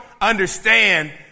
understand